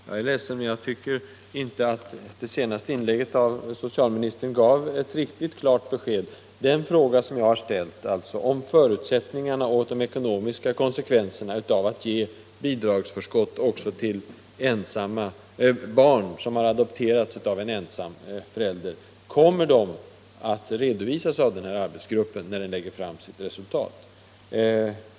Herr talman! Jag beklagar att jag inte kan tycka att socialministerns senaste inlägg gav klart besked på den fråga jag ställde, nämligen om förutsättningarna för och de ekonomiska konsekvenserna av att ge bidragsförskott också till barn som adopterats av en ensamstående kommer att redovisas av denna arbetsgrupp när den lägger fram sina resultat.